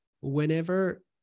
whenever